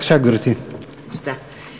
גברתי, בבקשה.